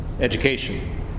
Education